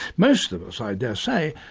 most of us, i dare say,